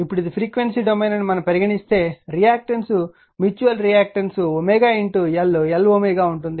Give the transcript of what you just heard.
ఇప్పుడు ఇది frequency domain అని మనము పరిగణిస్తే reactance mutual reactance L L గా ఉంటుంది